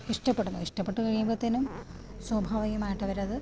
ഇഷ്ടപ്പെടുന്നു ഇഷ്ടപ്പെട്ട് കഴിയുമ്പോഴത്തേനും തന്നെ സ്വാഭാവികം ആയിട്ട് അവരത്